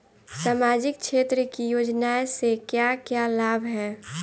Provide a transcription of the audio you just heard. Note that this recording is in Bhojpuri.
सामाजिक क्षेत्र की योजनाएं से क्या क्या लाभ है?